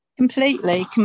Completely